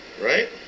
right